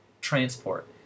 transport